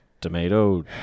Tomato